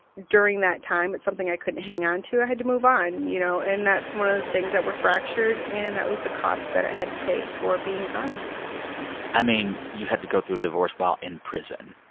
during that time, it's something i couldn't hang on to. i had to move on, you know? and that's one of the things that were fractured, and that was the cost that i had to pay for being gone i mean, you had to go through a divorce while in prison.